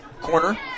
Corner